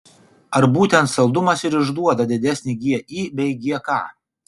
ar būtent saldumas ir išduoda didesnį gi bei gk